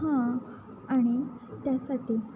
हां आणि त्यासाठी